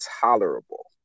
tolerable